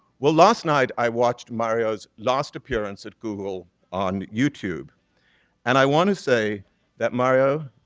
well, last night i watched mario's last appearance at google on youtube and i want to say that mario,